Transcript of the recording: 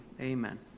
amen